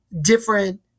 different